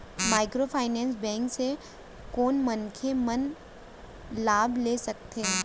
Microfinance bank से कोन मनखे मन लाभ ले सकथे?